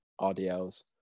rdls